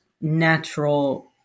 natural